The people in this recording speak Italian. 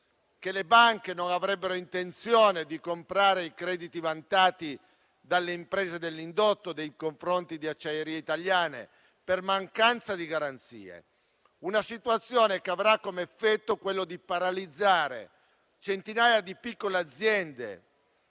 che le banche non avrebbero intenzione di comprare i crediti vantati dalle imprese dell'indotto nei confronti di Acciaierie italiane per mancanza di garanzie. Una situazione che avrà come effetto quello di paralizzare centinaia di piccole aziende,